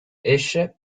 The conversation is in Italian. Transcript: esce